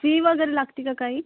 fee वगैरे लागते का काही